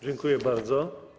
Dziękuję bardzo.